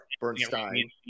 Bernstein